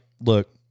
look